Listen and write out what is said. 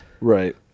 right